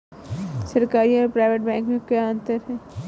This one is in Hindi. सरकारी और प्राइवेट बैंक में क्या अंतर है?